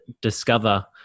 discover